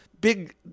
big